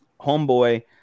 homeboy